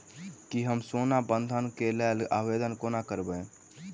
की हम सोना बंधन कऽ लेल आवेदन कोना करबै?